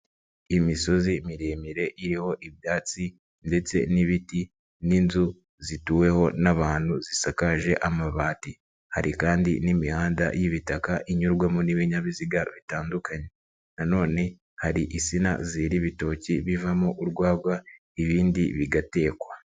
Imisozi miremire iriho ibyatsi ndetse n'ibiti n'inzu zituweho n'abantu zisakaje amabati, hari kandi n'imihanda y'ibitaka inyurwamo n'ibinyabiziga bitandukanye, nanone hari insina zera ibitoki bivamo urwagwa ibindi bigatekwa.